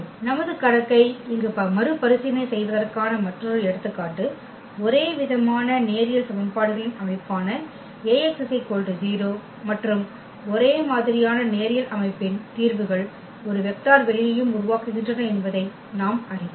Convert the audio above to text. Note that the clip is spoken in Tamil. நமது கணக்கை இங்கு மறுபரிசீலனை செய்வதற்கான மற்றொரு எடுத்துக்காட்டு ஒரேவிதமான நேரியல் சமன்பாடுகளின் அமைப்பான Ax 0 மற்றும் ஒரே மாதிரியான நேரியல் அமைப்பின் தீர்வுகள் ஒரு வெக்டர் வெளியையும் உருவாக்குகின்றன என்பதை நாம் அறிவோம்